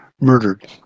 murdered